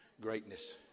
greatness